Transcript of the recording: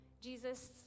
Jesus